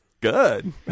good